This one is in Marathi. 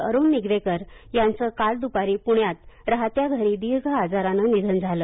अरूण निगवेकर यांच काल दपारी पृण्यात राहत्या घरी दीर्घ आजारान निधन झालं